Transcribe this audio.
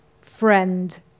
friend